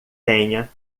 tenha